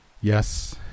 Yes